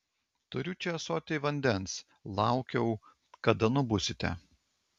turiu čia ąsotį vandens laukiau kada nubusite